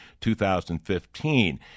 2015